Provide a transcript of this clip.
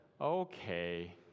Okay